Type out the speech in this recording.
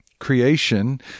creation